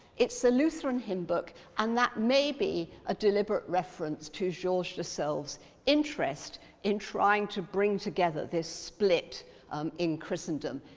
it's a lutheran hymnbook and that may be a deliberate reference to georges de selve's interest in trying to bring together this split um in christendom.